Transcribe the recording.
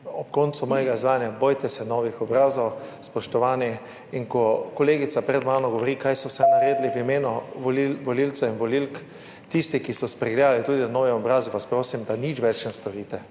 ob koncu mojega izvajanja, bojte se novih obrazov, spoštovani, in ko kolegica pred mano govori, kaj so vse naredili v imenu volivcev in volivk, tisti ki so spregledali, tudi novi obrazi, vas prosim, da nič več ne storite.